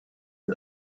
the